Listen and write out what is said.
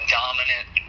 dominant